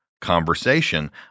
conversation